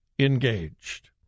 engaged